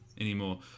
anymore